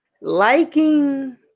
Liking